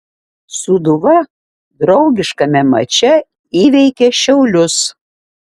sūduva draugiškame mače įveikė šiaulius